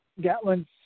Gatlin